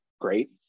great